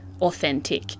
authentic